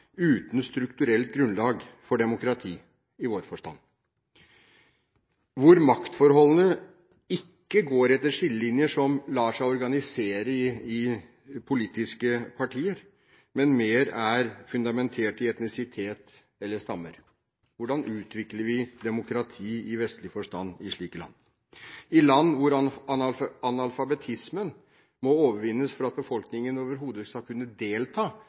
uten strukturelt grunnlag for demokrati i vår forstand, hvor maktforholdene ikke går etter skillelinjer som lar seg organisere i politiske partier, men mer er fundamentert i etnisitet eller stammer? Hvordan utvikler vi demokrati i vestlig forstand i slike land, i land hvor analfabetismen må overvinnes for at befolkningen overhodet skal kunne delta